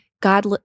God